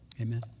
Amen